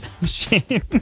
machine